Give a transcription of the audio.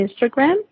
Instagram